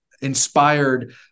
inspired